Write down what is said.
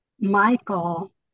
Michael